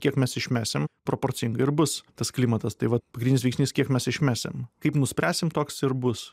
kiek mes išmesim proporcingai ir bus tas klimatas tai va pagrindinis veiksnys kiek mes išmesim kaip nuspręsim toks ir bus